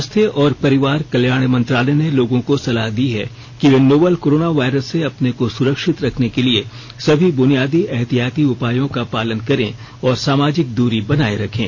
स्वास्थ्य और परिवार कल्याण मंत्रालय ने लोगों को सलाह दी है कि वे नोवल कोरोना वायरस से अपने को सुरक्षित रखने के लिए सभी बुनियादी एहतियाती उपायों का पालन करें और सामाजिक दूरी बनाए रखें